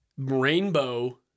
Rainbow